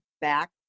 back